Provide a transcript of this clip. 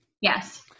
Yes